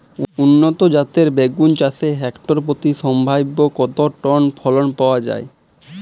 উন্নত জাতের বেগুন চাষে হেক্টর প্রতি সম্ভাব্য কত টন ফলন পাওয়া যায়?